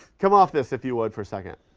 come off this, if you would, for a second.